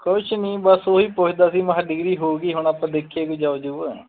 ਕੁਛ ਨਹੀਂ ਬਸ ਉਹ ਹੀ ਪੁੱਛਦਾ ਸੀ ਮੈਂ ਕਿਹਾ ਡਿਗਰੀ ਹੋ ਗਈ ਹੁਣ ਆਪਾਂ ਦੇਖੀਏ ਕੋਈ ਜੋਬ ਜੁਬ